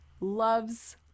loves